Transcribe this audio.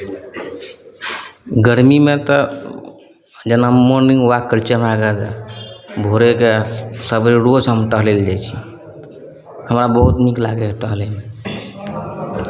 गर्मीमे तऽ जेना मॉर्निंग वाक करै छियै हमरा रहए दए भोरेकेँ सबे रोज हम टहलै लए जाइ छी हमरा बहुत नीक लागैए टहलैमे